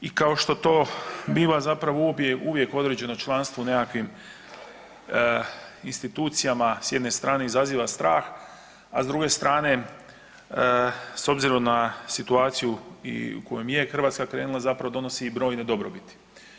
I kao što to biva zapravo uvijek određeno članstvo u nekakvim institucijama s jedne strane izaziva strah, a s druge strane s obzirom na situaciju i u kojoj je Hrvatska krenula zapravo donosi i brojne dobrobiti.